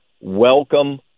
welcome